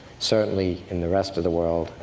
certainly, in the rest of the world,